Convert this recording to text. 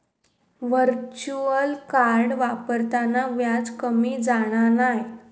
virtual card वापरताना व्याज कमी जाणा नाय